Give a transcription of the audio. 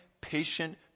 patient